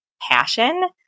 passion